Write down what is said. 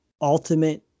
ultimate